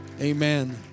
Amen